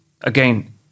Again